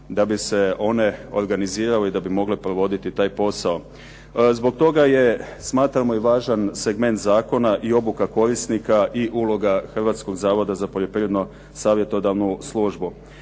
da bi se one organizirale i da bi mogle provoditi taj posao. Zbog toga je smatramo i važan segment zakona i obuka korisnika i uloga Hrvatskog zavoda za poljoprivredno-savjetodavnu službu.